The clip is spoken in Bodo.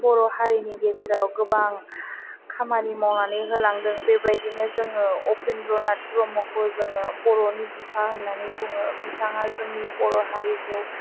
बर' हारिनि गेजेराव गोबां खामानि मावनानै होलांदों बेबायदिनो जोङो उपेन्द्रनाथ ब्रह्मखौ जोङो बर'नि बिफा होननानै बुङो बिथाङा जोंनि बर' हारिखौ